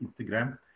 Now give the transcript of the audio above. Instagram